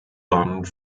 land